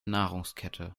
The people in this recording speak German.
nahrungskette